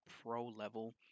pro-level